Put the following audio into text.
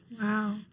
Wow